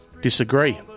disagree